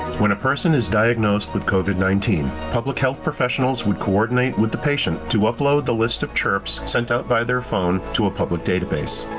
when a person is diagnosed with covid nineteen, public health professionals would coordinate with the patient to upload the list of chirps sent out by their phone to a public database.